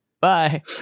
Bye